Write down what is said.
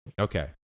Okay